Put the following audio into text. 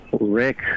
Rick